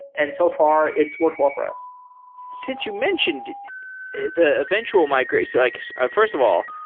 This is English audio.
and so far, it's worked well for us since you mentioned the eventual migrate like ah first of all,